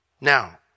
Now